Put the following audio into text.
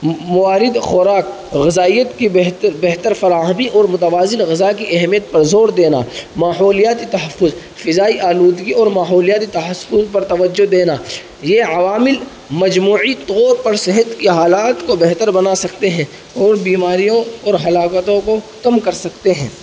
موارد خوراک غذائیت کی بہتر بہتر فراہمی اور متوازن غذا کی اہمیت پر زور دینا ماحولیاتی تحفظ فضائی آلودگی اور ماحولیاتی تحسفظ پر توجہ دینا یہ عوامل مجموعی طور پر صحت کی حالات کو بہتر بنا سکتے ہیں اور بیماریوں اور ہلاکتوں کو کم کر سکتے ہیں